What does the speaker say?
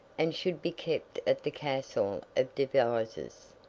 and should be kept at the castle of devizes,